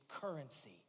currency